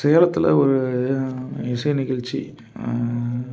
சேலத்தில் ஒரு இசை நிகழ்ச்சி